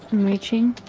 reaching.